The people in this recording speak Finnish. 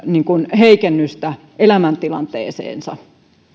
heikennystä elämäntilanteeseen